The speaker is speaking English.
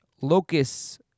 locusts